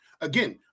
Again